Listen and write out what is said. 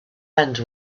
end